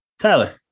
Tyler